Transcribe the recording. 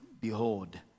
behold